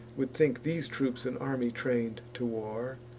would think these troops an army train'd to war,